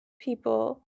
people